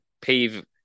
pave